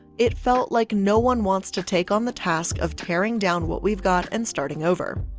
it felt like no one wants to take on the task, of tearing down what we've got and starting over.